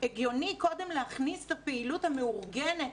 הגיוני קודם להכניס את הפעילות המאורגנת,